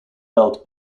belt